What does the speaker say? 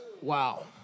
Wow